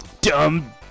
dumb